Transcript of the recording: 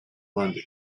london